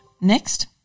Next